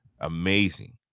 amazing